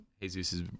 jesus